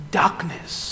darkness